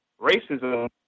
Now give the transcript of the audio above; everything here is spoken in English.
racism